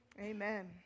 Amen